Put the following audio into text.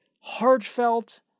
heartfelt